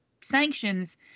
sanctions –